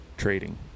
Trading